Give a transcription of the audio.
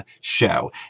show